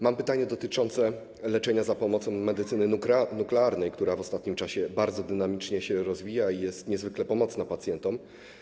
Mam pytanie dotyczące leczenia za pomocą medycyny nuklearnej, która w ostatnim czasie bardzo dynamicznie się rozwija i jest niezwykle pomocna pacjentom.